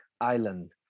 island